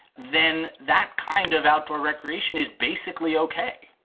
then that kind of outdoor recreation is basically ok.